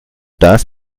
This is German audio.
das